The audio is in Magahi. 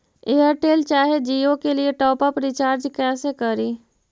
एयरटेल चाहे जियो के लिए टॉप अप रिचार्ज़ कैसे करी?